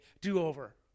do-over